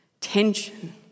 tension